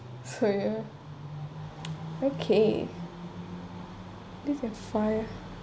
so ya okay uh this is five